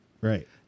Right